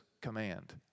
command